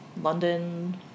London